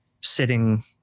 sitting